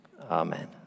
Amen